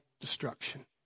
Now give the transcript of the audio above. destruction